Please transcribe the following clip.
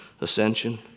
ascension